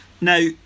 Now